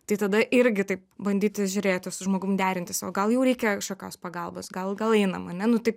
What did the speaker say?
tai tada irgi taip bandyti žiūrėti su žmogum derintis o gal jau reikia kažkokios pagalbos gal gal einam ane nu taip